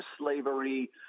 slavery